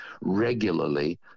regularly